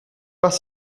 pas